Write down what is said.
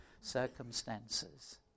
circumstances